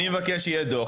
אני אבקש שיהיה דוח.